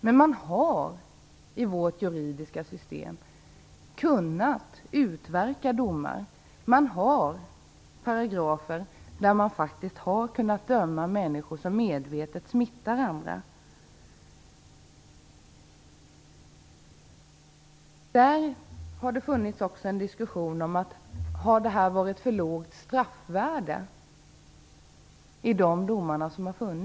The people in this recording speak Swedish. Men man har i vårt juridiska system kunnat utverka domar. Det finns paragrafer enligt vilka man har kunnat döma människor som medvetet smittat andra. Det har funnits en diskussion om huruvida straffvärdena har varit för låga i de fall som avgjorts.